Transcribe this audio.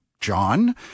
John